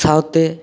ᱥᱟᱶᱛᱮ